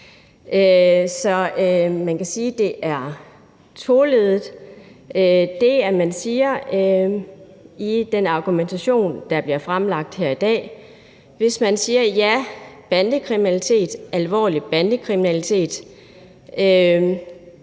Så man kan sige, at det er toleddet – det, man siger i den argumentation, der bliver fremlagt her i dag – hvis man siger, at alvorlig bandekriminalitet